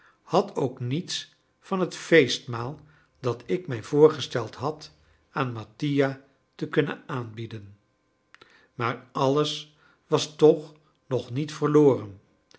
had ook niets van het feestmaal dat ik mij voorgesteld had aan mattia te kunnen aanbieden maar alles was toch nog niet verloren